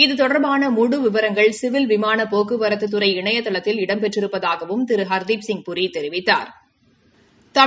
இது தொடர்பான முழு விவரங்கள் சிவில் விமான போக்குவரத்துத்துறை இணையதளத்தில் இடம்பெற்றிருப்பதாகவும் திரு ஹர்தீப்சிங் பூரி தெரிவித்தாா்